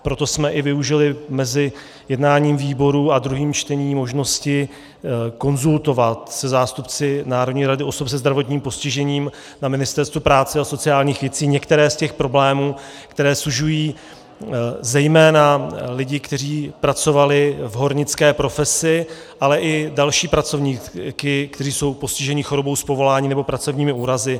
Proto jsme i využili mezi jednáním výborů a druhým čtením možnosti konzultovat se zástupci Národní rady osob se zdravotním postižením na Ministerstvu práce a sociálních věcí některé z těch problémů, které sužují zejména lidi, kteří pracovali v hornické profesi, ale i další pracovníky, kteří jsou postiženi chorobou z povolání nebo pracovními úrazy.